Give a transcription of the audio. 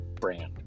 brand